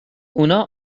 اونا